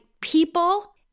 people